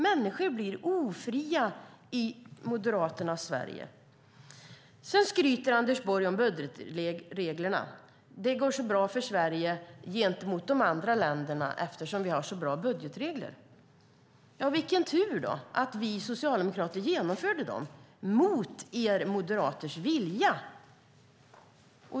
Människor blir ofria i Moderaternas Sverige. Anders Borg skryter om budgetreglerna: Det går så bra för Sverige jämfört med de andra länderna eftersom vi har så bra budgetregler. Vilken tur att vi socialdemokrater genomförde dem mot Moderaternas vilja!